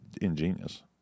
ingenious